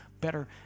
better